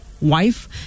Wife